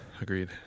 agreed